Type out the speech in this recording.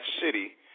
city